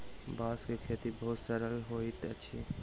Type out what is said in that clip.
बांस के खेती बहुत सरल होइत अछि